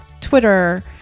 Twitter